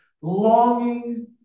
Longing